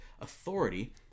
authority